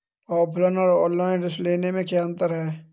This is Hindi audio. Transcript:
ऑफलाइन और ऑनलाइन ऋण लेने में क्या अंतर है?